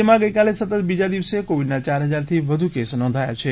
રાજ્યમાં ગઇકાલે સતત બીજા દિવસે કોવિડના યાર હજારથી વધુ કેસ નોંધાયા છે